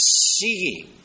seeing